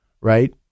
right